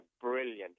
brilliant